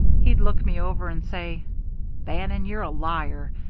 he'd look me over and say bannon, you're a liar.